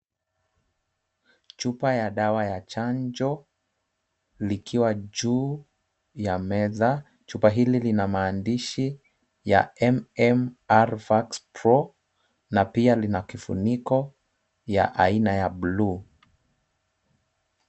Chupa ya dawa ya chanjo likiwa juu ya meza. Chupa hili lina maandishi ya MMR Fax Pro na pia lina kifuniko ya aina ya buluu.